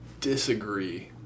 disagree